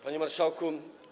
Panie Marszałku!